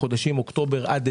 בוקר טוב לכולם,